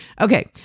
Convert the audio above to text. Okay